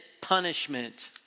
punishment